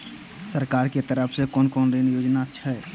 सरकार के तरफ से कोन कोन ऋण योजना छै?